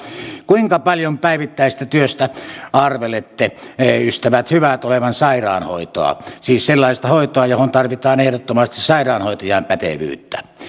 kuinka paljon päivittäisestä työstä arvelette ystävät hyvät olevan sairaanhoitoa siis sellaista hoitoa johon tarvitaan ehdottomasti sairaanhoitajan pätevyyttä